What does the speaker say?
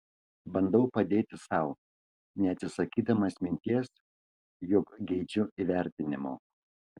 bandau padėti sau neatsisakydamas minties jog geidžiu įvertinimo